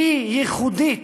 היא ייחודית,